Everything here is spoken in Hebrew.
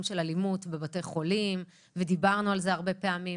האלימות בבתי חולים ודיברנו על זה הרבה פעמים,